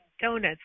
donuts